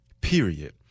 Period